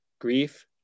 grief